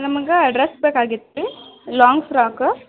ನಮಗೆ ಡ್ರೆಸ್ ಬೇಕಾಗಿತ್ತು ರೀ ಲಾಂಗ್ ಫ್ರಾಕ್